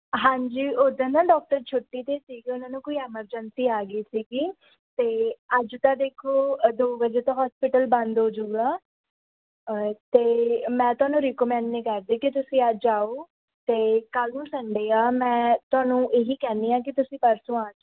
ਹਾਂਜੀ ਉੱਦਣ ਨਾ ਡਾਕਟਰ ਛੁੱਟੀ 'ਤੇ ਸੀਗੇ ਉਹਨਾਂ ਨੂੰ ਕੋਈ ਐਮਰਜੈਂਸੀ ਆ ਗਈ ਸੀਗੀ ਅਤੇ ਅੱਜ ਤਾਂ ਦੇਖੋ ਦੋ ਵਜੇ ਤੋਂ ਹੋਸਪਿਟਲ ਬੰਦ ਹੋ ਜਾਊਗਾ ਅਤੇ ਮੈਂ ਤੁਹਾਨੂੰ ਰਿਕਮੈਂਡ ਨਹੀਂ ਕਰਦੀ ਕਿ ਤੁਸੀਂ ਅੱਜ ਆਓ ਅਤੇ ਕੱਲ੍ਹ ਨੂੰ ਸੰਡੇ ਆ ਮੈਂ ਤੁਹਾਨੂੰ ਇਹ ਹੀ ਕਹਿੰਦੀ ਹਾਂ ਕਿ ਤੁਸੀਂ ਪਰਸੋਂ ਆ ਜਾਇਓ